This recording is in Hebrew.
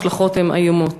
ההשלכות הן איומות.